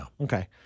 Okay